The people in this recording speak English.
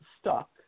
stuck